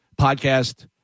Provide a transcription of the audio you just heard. podcast